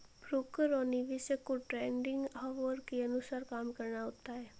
broker और निवेशक को ट्रेडिंग ऑवर के अनुसार काम करना होता है